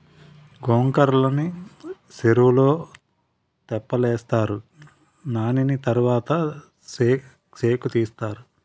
గొంకర్రలని సెరువులో తెప్పలేస్తారు నానిన తరవాత సేకుతీస్తారు